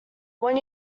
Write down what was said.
when